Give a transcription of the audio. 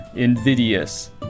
Invidious